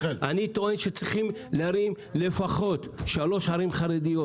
אני טוען שצריכים להרים לפחות שלוש ערים חרדיות